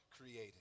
created